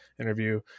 interview